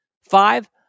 Five